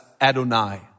Adonai